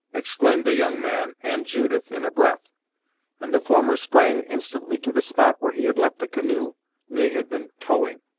exclaimed the young man and judith in a breath and the former sprang instantly to the spot where he had left the canoe they had been towing.